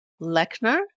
lechner